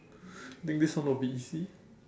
think this one would be easy